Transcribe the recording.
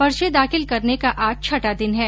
पर्चे दाखिल करने का आज छठा दिन है